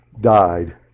died